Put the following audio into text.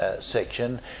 section